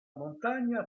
montagna